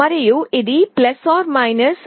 మరియు ఇది 0